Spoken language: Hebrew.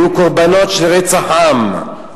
היו קורבנות של רצח עם,